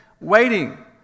waiting